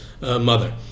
mother